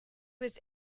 was